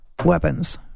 weapons